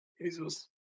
jesus